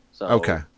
Okay